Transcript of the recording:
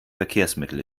verkehrsmittel